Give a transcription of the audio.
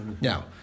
Now